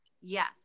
Yes